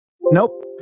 nope